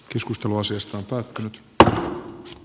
keskustelu asiasta vaikka a